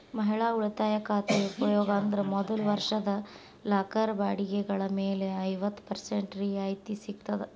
ಮಹಿಳಾ ಉಳಿತಾಯ ಖಾತೆ ಉಪಯೋಗ ಅಂದ್ರ ಮೊದಲ ವರ್ಷದ ಲಾಕರ್ ಬಾಡಿಗೆಗಳ ಮೇಲೆ ಐವತ್ತ ಪರ್ಸೆಂಟ್ ರಿಯಾಯಿತಿ ಸಿಗ್ತದ